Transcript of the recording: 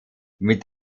mit